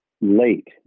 late